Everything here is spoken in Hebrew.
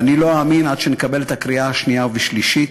ואני לא אאמין עד שנקבל את הקריאה השנייה והשלישית,